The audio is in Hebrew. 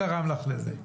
בבקשה.